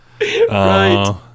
Right